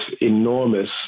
enormous